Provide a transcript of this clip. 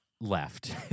left